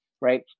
right